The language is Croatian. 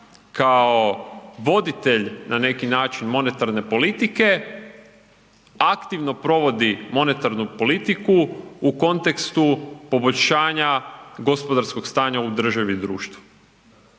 kao voditelj na neki način monetarne politike, aktivno provodi monetarnu politiku u kontekstu poboljšanja gospodarskog stanja u državi i društvu.